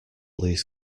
least